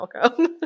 welcome